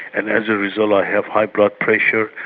and as a result i have high blood pressure,